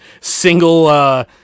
single